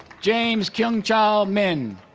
james kyungcheol min